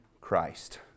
Christ